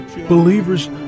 believers